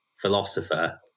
philosopher